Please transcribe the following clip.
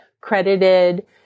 credited